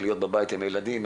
להיות בבית עם הילדים,